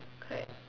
correct